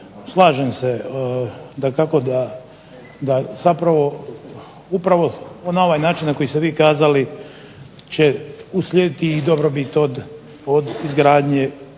slažem se dakako da upravo na ovaj način na koji ste vi kazali će uslijediti i dobrobit od izgradnje